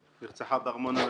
היא נרצחה בארמון הנציב,